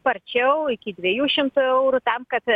e sparčiau iki dviejų šimtų eurų tam kad